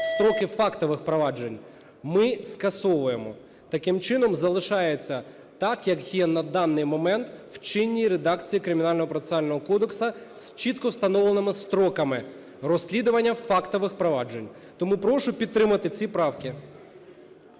строки фактових проваджень, ми скасовуємо. Таким чином залишається так, як є на даний момент в чинній редакції Кримінально-процесуального кодексу з чітко встановленими строками розслідування фактових проваджень. Тому прошу підтримати ці правки.